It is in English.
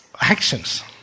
Actions